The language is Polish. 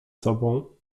sobą